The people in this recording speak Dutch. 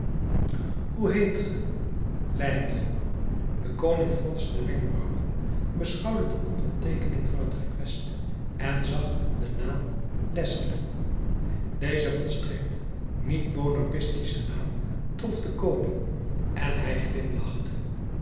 hoe heet ge l'aigle de koning fronste de wenkbrauwen beschouwde de onderteekening van het request en zag den naam lesgle deze volstrekt niet bonapartische naam trof den koning en hij glimlachte